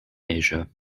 asia